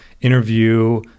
interview